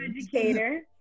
educator